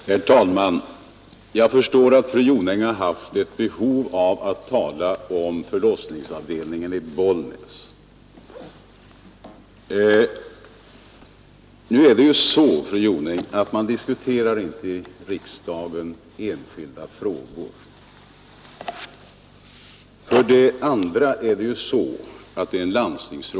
Herr talman! Jag förstår att fru Jonäng har känt ett behov av att tala om förlossningsavdelningen i Bollnäs. Men för det första är det ju så, fru Jonäng, att vi här i riksdagen inte diskuterar enskilda fall. För det andra är Bollnäsavdelningen en fråga för landstinget.